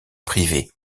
privée